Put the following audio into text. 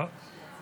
לא.